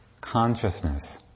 consciousness